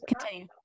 continue